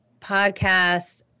podcasts –